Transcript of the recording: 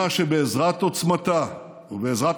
הוא לא זז מדעתו בהסכמי אוסלו,